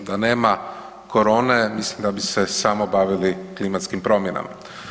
Da nema korone, mislim da bi se samo bavili klimatskim promjenama.